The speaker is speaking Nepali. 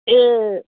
ए